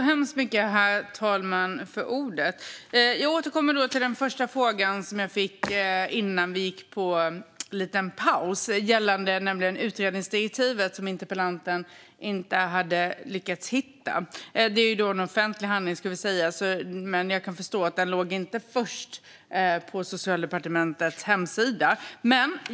Herr talman! Jag återkommer nu till den första frågan, som jag fick innan vi tog en liten paus, gällande utredningsdirektivet som interpellanten inte hade lyckats hitta. Det förstår jag. Det är en offentlig handling, men den låg ju inte först på Socialdepartementets hemsida.